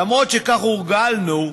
למרות שכך הורגלנו,